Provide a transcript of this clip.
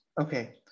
Okay